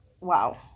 Wow